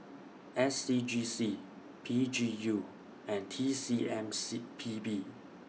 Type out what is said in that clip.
S C G C P G U and T C M C P B